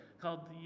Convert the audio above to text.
called